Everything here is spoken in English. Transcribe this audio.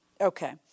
Okay